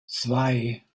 zwei